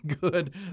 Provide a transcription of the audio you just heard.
good